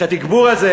את התגבור הזה.